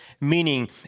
meaning